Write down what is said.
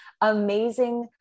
amazing